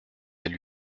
elle